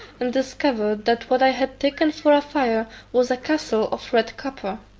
and discovered that what i had taken for a fire was a castle of red copper,